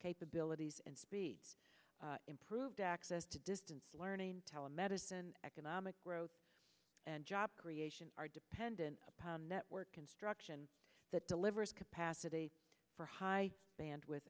capabilities and speed improved access to distance learning telemedicine economic growth and job creation are dependent upon network construction that delivers capacity for high bandwidth